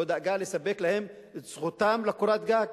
לא דאגה לספק להם את זכותם לקורת-גג.